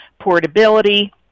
portability